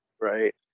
right